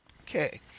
Okay